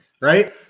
right